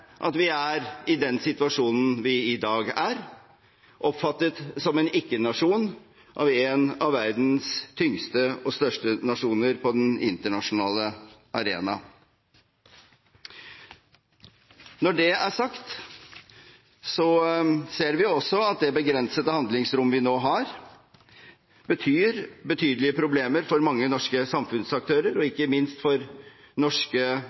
at vi er i den situasjonen vi i dag er, oppfattet som en ikke-nasjon av en av verdens tyngste og største nasjoner på den internasjonale arena. Når det er sagt, ser vi også at det begrensede handlingsrom vi nå har, betyr betydelige problemer for mange norske samfunnsaktører og ikke minst for det norske